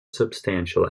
substantial